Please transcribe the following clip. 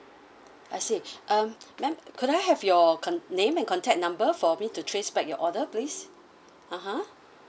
I see um ma'am could I have your con~ name and contact number for me to trace back your order please (uh huh)